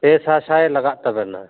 ᱯᱮ ᱥᱟᱥᱟᱭ ᱞᱟᱜᱟᱜ ᱛᱟᱵᱮᱱᱟ